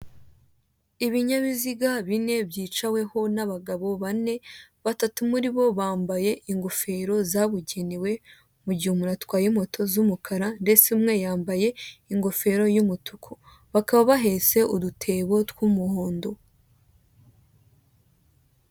Ibinyabiziga bine byicaweho n'abagabo bane, batatu muri bo bambaye ingofero zabugenewe mu gihe umuntu atwaye moto z'umukara ndetse umwe yambaye ingofero y'umutuku. Bakaba bahetse udutebo tw'umuhondo.